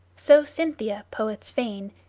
so cynthia, poets feign,